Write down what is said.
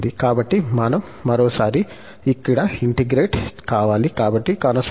కాబట్టి మనం మరోసారి ఇక్కడ ఇంటిగ్రేట్ కావాలి కాబట్టి కొనసాగండి